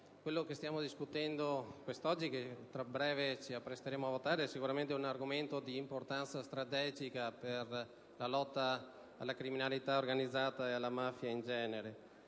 che stiamo discutendo quest'oggi e che tra breve voteremo è sicuramente uno strumento di importanza strategica per la lotta alla criminalità organizzata e alla mafia in genere.